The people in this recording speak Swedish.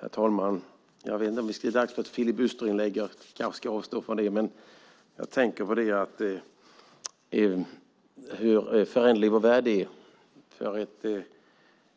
Herr talman! Jag vet inte om det är dags för ett filibusterinlägg. Jag kanske ska avstå från det. Jag tänker på hur föränderlig vår värld är.